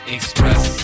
Express